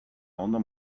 ondo